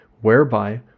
whereby